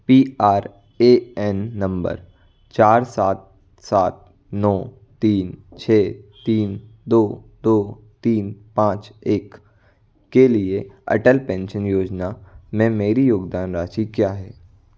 P R A N number चार सात सात नौ तीन छ तीन दो दो तीन पाँच एक के लिए अटल पेंशन योजना में मेरी योगदान राशि क्या है